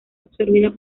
absorbida